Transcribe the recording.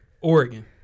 Oregon